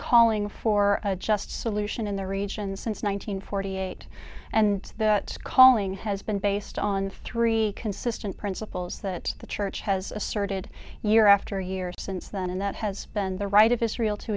calling for a just solution in the region since one nine hundred forty eight and that calling has been based on three consistent principles that the church has asserted year after year since then and that has been the right of israel to